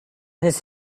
his